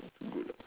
it's good ah